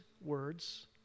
words